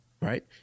right